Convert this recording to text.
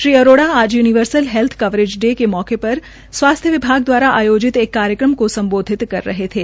श्री आरोड़ा आज universal health coverage day के मौके र स्वास्थ्य विभाग द्वारा आयोजित एक कार्यक्रम को सम्बोधित कर रहे थे